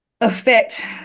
affect